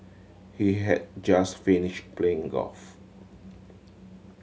he had just finished playing golf